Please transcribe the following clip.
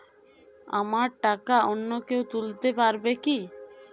আমার টাকা অন্য কেউ তুলতে পারবে কি?